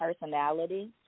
personality